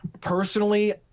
Personally